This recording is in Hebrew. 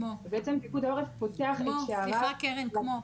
פיקוד העורף פותח את שעריו --- כמו?